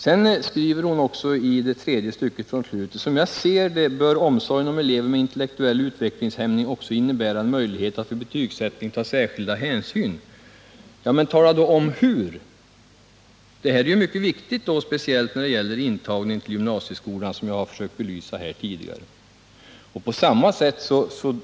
Vidare skriver statsrådet Rodhe i tredje stycket från slutet av svaret: ”Som jag ser det bör omsorgen om elever med inteliektuell utvecklingshämning också innebära en möjlighet att vid betygsättningen ta särskilda hänsyn.” Men tala då om hur! Det här är mycket viktigt, speciellt när det gäller intagning till gymnasieskola, vilket jag har försökt belysa här tidigare.